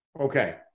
Okay